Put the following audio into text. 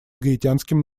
гаитянским